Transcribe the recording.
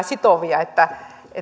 sitovia että